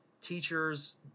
teachers